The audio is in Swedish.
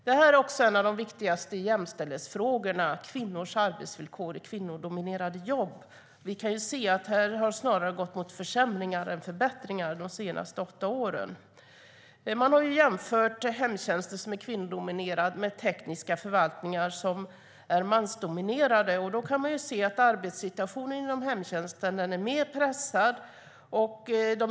Detta är också en av de viktigaste jämställdhetsfrågorna - kvinnors arbetsvillkor i kvinnodominerade jobb. Vi kan se att det snarare har gått mot försämringar än förbättringar under de senaste åtta åren. Man har jämfört hemtjänsten, som är kvinnodominerad, med tekniska förvaltningar, som är mansdominerade. Då kan man se att arbetssituationen inom hemtjänsten är mer pressad.